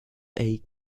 ache